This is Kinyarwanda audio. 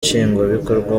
nshingwabikorwa